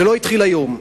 זה לא התחיל היום.